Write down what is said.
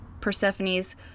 Persephone's